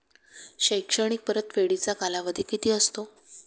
शैक्षणिक परतफेडीचा कालावधी किती असतो?